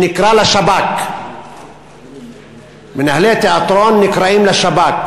שנקרא לשב"כ מנהלי תיאטרון נקראים לשב"כ,